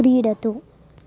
क्रीडतु